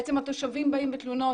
התושבים באים בתלונות.